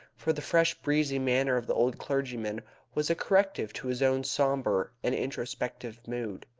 for the fresh breezy manner of the old clergyman was a corrective to his own sombre and introspective mood.